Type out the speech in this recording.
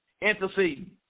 intercede